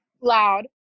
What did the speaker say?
loud